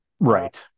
Right